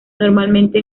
normalmente